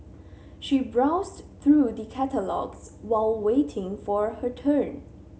she browsed through the catalogues while waiting for her turn